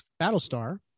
Battlestar